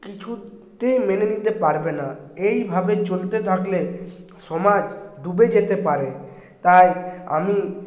কিছুতেই মেনে নিতে পারবে না এইভাবে চলতে থাকলে সমাজ ডুবে যেতে পারে তাই আমি